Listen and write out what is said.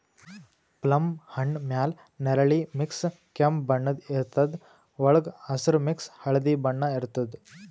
plum ಹಣ್ಣ್ ಮ್ಯಾಲ್ ನೆರಳಿ ಮಿಕ್ಸ್ ಕೆಂಪ್ ಬಣ್ಣದ್ ಇರ್ತದ್ ವಳ್ಗ್ ಹಸ್ರ್ ಮಿಕ್ಸ್ ಹಳ್ದಿ ಬಣ್ಣ ಇರ್ತದ್